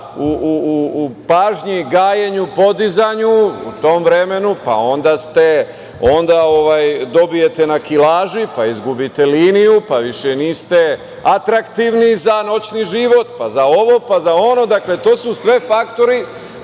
toga u pažnji, gajenju i podizanju u tom vremenu, pa onda dobijete na kilaži, pa izgubite liniju, pa više niste atraktivni za noćni život, pa za ovo, pa za ono, itd. To su sve faktori